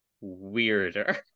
weirder